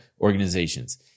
organizations